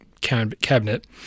cabinet